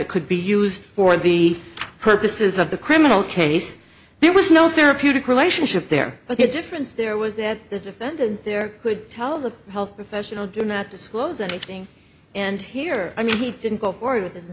it could be used for the purposes of the criminal case there was no therapeutic relationship there but the difference there was that the defendant there could tell the health professional do not disclose anything and here i mean he didn't go forward with th